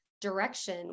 direction